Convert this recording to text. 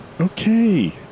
Okay